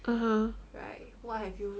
(uh huh)